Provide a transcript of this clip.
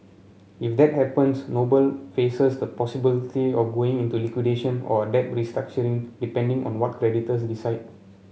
if that happens Noble faces the possibility of going into liquidation or a debt restructuring depending on what creditors decide